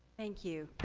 thank you.